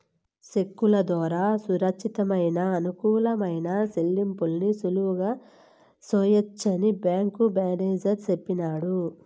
సెక్కుల దోరా సురచ్చితమయిన, అనుకూలమైన సెల్లింపుల్ని సులువుగా సెయ్యొచ్చని బ్యేంకు మేనేజరు సెప్పినాడు